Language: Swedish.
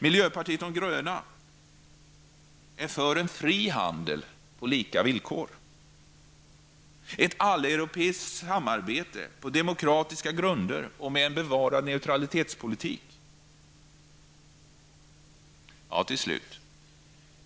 Miljöpartiet de gröna är för en fri handel på lika villkor och ett alleuropeiskt samarbete på demokratiska grunder och med en bevarad neutralitetspolitik.